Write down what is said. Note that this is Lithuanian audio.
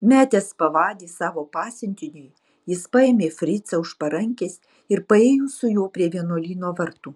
metęs pavadį savo pasiuntiniui jis paėmė fricą už parankės ir paėjo su juo prie vienuolyno vartų